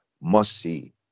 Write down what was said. must-see